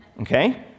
okay